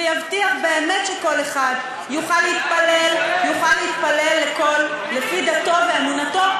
ויבטיח באמת שכל אחד יוכל להתפלל לפי דתו ואמונתו,